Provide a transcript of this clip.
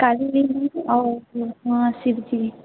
काली मंदिर छै आओर शिवजी